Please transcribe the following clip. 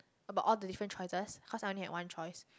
about all the different choices cause I only have one choice